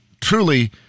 truly